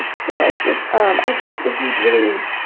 and so it's just um i think the heat really